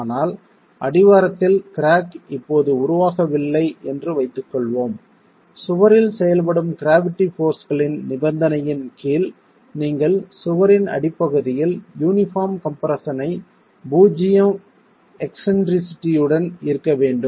ஆனால் அடிவாரத்தில் கிராக் இப்போது உருவாகவில்லை என்று வைத்துக்கொள்வோம் சுவரில் செயல்படும் க்ராவிட்டி போர்ஸ்களின் நிபந்தனையின் கீழ் நீங்கள் சுவரின் அடிப்பகுதியில் யூனிபார்ம் கம்ப்ரெஸ்ஸன் ஐ பூஜ்ஜிய எக்ஸ்ன்ட்ரிசிட்டியுடன் இருக்க வேண்டும்